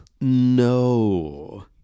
No